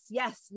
yes